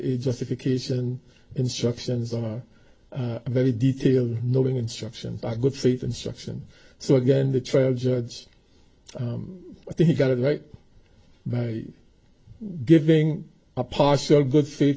a justification and instructions are very detailed knowing instructions are good faith instruction so again the trial judge i think got it right by giving a partial good faith